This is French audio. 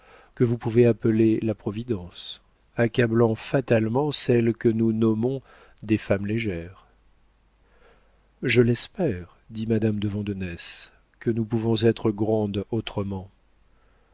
que vous pouvez appeler la providence accablant fatalement celles que nous nommons des femmes légères j'espère dit madame de vandenesse que nous pouvons être grandes autrement